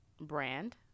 brand